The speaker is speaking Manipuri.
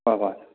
ꯍꯣꯏ ꯍꯣꯏ